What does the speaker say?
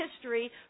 history